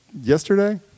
yesterday